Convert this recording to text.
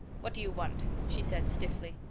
what do you want? she said stiffly.